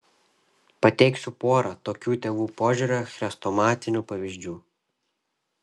pateiksiu porą tokių tėvų požiūrio chrestomatinių pavyzdžių